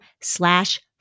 slash